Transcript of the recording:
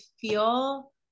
feel